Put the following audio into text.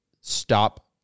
stop